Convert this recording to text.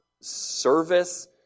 service